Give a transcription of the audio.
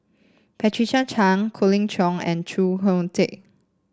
Patricia Chan Colin Cheong and Khoo Oon Teik